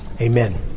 amen